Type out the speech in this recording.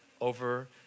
over